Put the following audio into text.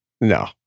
no